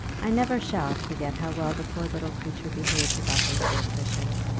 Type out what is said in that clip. i never shall forget how well the poor little creature behaved about those gold fishes.